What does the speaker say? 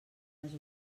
les